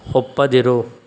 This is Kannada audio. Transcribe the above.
ಒಪ್ಪದಿರು